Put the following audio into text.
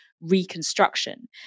reconstruction